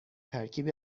ترکیب